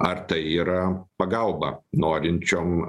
ar tai yra pagalba norinčiom